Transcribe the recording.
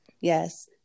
yes